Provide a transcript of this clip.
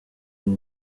ubu